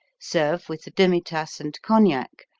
serve with the demitasse and cognac,